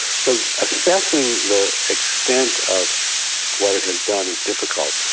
so assessing the extent of what it has done is difficult.